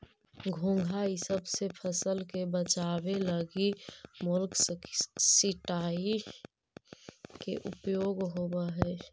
घोंघा इसब से फसल के बचावे लगी मोलस्कीसाइड के उपयोग होवऽ हई